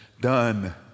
done